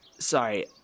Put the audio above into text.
Sorry